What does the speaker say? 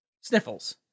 Sniffles